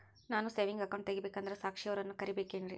ನಾನು saving account ತೆಗಿಬೇಕಂದರ ಸಾಕ್ಷಿಯವರನ್ನು ಕರಿಬೇಕಿನ್ರಿ?